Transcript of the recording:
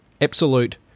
absolute